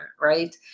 right